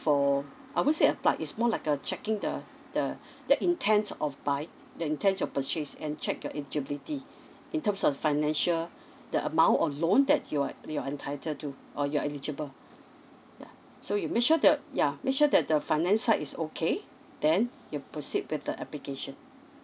for I wouldn't say apply is more like a checking the the the intends your purchase and check your eligibility in terms of financial the amount or loan that you are ae you are entitled to or you are eligible yeah so you make sure the yeah we sure that the finance side is okay then you proceed with the application